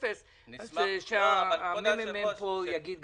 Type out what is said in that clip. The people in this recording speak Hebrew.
אז מרכז המידע והמחקר יאמר.